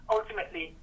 Ultimately